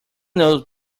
knows